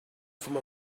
from